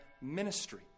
ministry